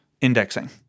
indexing